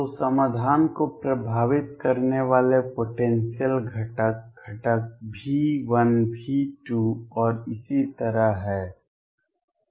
तो समाधान को प्रभावित करने वाले पोटेंसियल घटक घटक v 1 v 2 और इसी तरह हैं